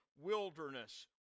wilderness